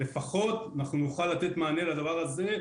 לפחות נוכל לתת מענה לדבר הזה,